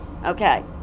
Okay